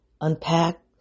Unpack